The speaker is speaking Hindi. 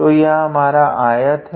तो यह हमारा आयत है